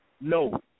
No